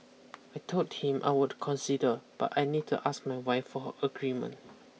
I told him I would consider but I need to ask my wife for her agreement